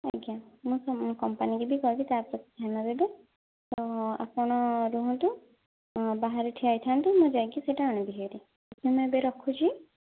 ଆଜ୍ଞା ମୁଁ କମ୍ପାନୀ କୁ ବି କହିବି ତା ପ୍ରତି ଧ୍ୟାନ ଦେବେ ତ ଆପଣ ରୁହନ୍ତୁ ବାହାରେ ଠିଆ ହୋଇଥାଆନ୍ତୁ ମୁଁ ଯାଇକି ସେହିଟା ଆଣିବି ହେରି ମୁଁ ଏବେ ରଖୁଛି